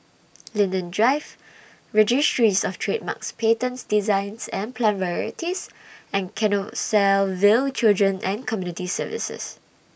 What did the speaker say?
Linden Drive Registries of Trademarks Patents Designs and Plant Varieties and Canossaville Children and Community Services